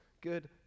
good